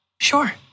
Sure